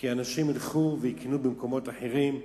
כי אנשים ילכו ויקנו במקומות אחרים,